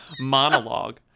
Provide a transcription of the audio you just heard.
monologue